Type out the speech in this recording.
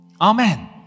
Amen